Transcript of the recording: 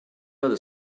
other